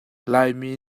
laimi